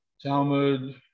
Talmud